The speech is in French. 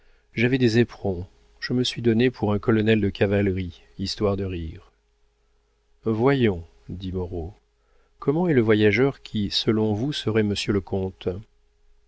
j'avais des éperons je me suis donné pour un colonel de cavalerie histoire de rire voyons dit moreau comment est le voyageur qui selon vous serait monsieur le comte